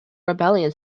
rebellion